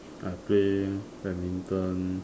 I play badminton